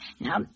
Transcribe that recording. Now